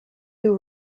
who